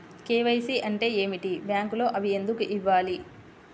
KYC అంటే ఏమిటి? బ్యాంకులో అవి ఎందుకు ఇవ్వాలి?